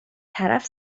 طرف